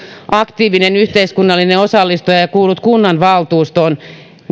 aktiivinen yhteiskunnallinen osallistuja ja ja kuulut kunnanvaltuustoon